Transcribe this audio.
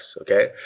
Okay